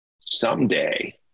Someday